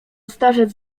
starzec